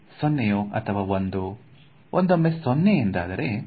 0 ಅಥವಾ 1